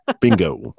bingo